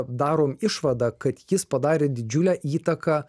darom išvadą kad jis padarė didžiulę įtaką